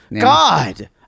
God